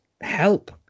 help